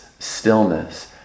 stillness